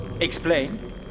Explain